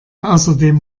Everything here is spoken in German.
außerdem